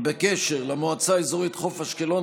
בקשר למועצה האזרחית חוף אשקלון,